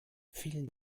vielen